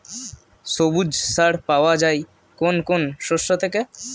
সবুজ সার পাওয়া যায় কোন কোন শস্য থেকে?